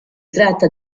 tratta